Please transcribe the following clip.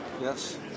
Yes